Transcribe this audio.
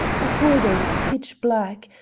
the corridor was pitch-black,